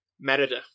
Merida